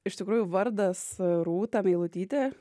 iš tikrųjų vardas rūta meilutytė